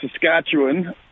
Saskatchewan